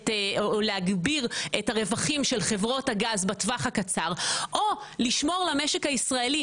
להגביר את הרווחים של חברות הגז בטווח הקצר או לשמור למשק הישראלי